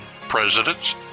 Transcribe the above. Presidents